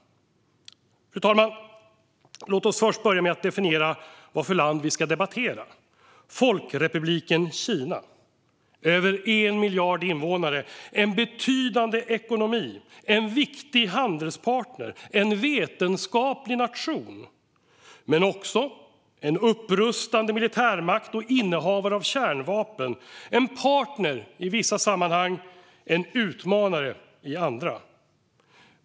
Fru talman! Låt oss börja med att definiera vad för land vi ska debattera: Folkrepubliken Kina. Landet har över 1 miljard invånare och är en betydande ekonomi. Det är en viktig handelspartner och en vetenskaplig nation men också en upprustande militärmakt och innehavare av kärnvapen. Det är en partner i vissa sammanhang och en utmanare i andra.